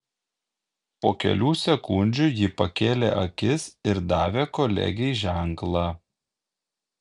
po kelių sekundžių ji pakėlė akis ir davė kolegei ženklą